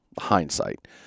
hindsight